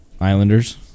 Islanders